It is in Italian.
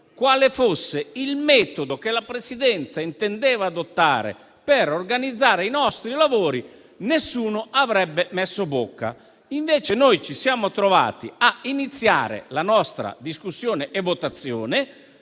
quale fosse il metodo che la Presidenza intendeva adottare per organizzare i nostri lavori, nessuno avrebbe messo bocca. Invece ci siamo trovati a iniziare la nostra discussione e, alla